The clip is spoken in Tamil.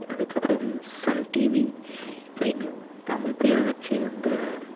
அதுக்கப்புறம் சன் டிவி இப்படின்னு தமிழ் பேரை வெச்சி இந்த